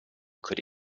could